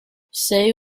say